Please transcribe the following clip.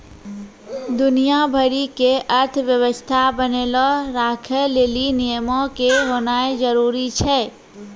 दुनिया भरि के अर्थव्यवस्था बनैलो राखै लेली नियमो के होनाए जरुरी छै